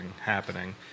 happening